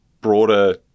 broader